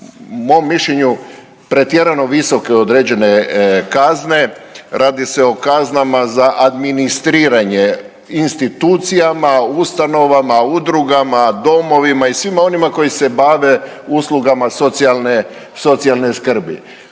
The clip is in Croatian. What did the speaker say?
po mom mišljenju pretjerano visoke određene kazne. Radi se o kaznama za administriranje institucijama, ustanovama, udrugama, domovima i svima onima koji se bave uslugama socijalne skrbi.